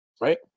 right